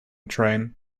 train